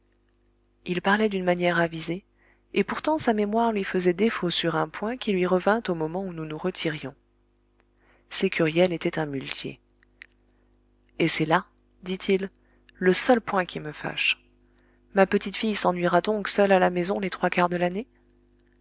il parlait d'une manière avisée et pourtant sa mémoire lui faisait défaut sur un point qui lui revint au moment où nous nous retirions c'est qu'huriel était un muletier et c'est là dit-il le seul point qui me fâche ma petite-fille s'ennuiera donc seule à la maison les trois quarts de l'année